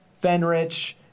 Fenrich